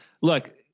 Look